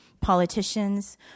politicians